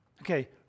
Okay